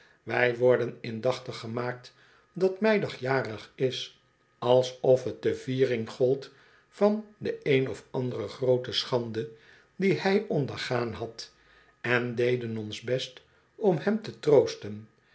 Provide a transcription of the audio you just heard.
wij worden indachtig gemaakt dat meidag jarig is alsof t de viering gold van de een of andere groote schande die hij ondergaan had en deden ons best om hem te troosten